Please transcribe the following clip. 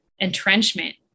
entrenchment